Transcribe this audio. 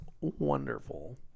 wonderful